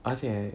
而且